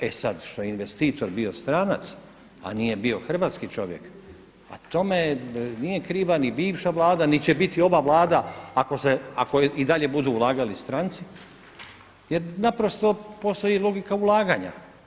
E sad, što je investitor bio stranac, a nije bio hrvatski čovjek, a tome nije kriva ni bivša Vlada niti će biti ova Vlada ako i dalje budu ulagali stranci jer naprosto postoji logika ulaganja.